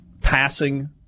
passing